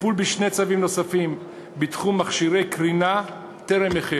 הטיפול בשני צווים נוספים בתחום מכשירי קרינה טרם החל.